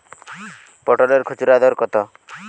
পটলের খুচরা দর কত?